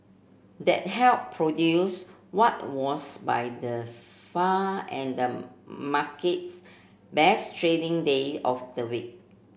that helped produce what was by the far and the market's best trading day of the week